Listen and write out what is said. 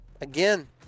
Again